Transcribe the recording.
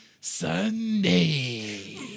Sunday